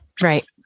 Right